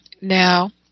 now